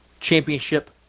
championship